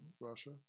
Russia